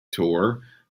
tour